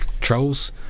trolls